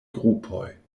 grupoj